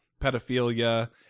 pedophilia